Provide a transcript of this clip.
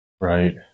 Right